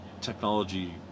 technology